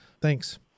Thanks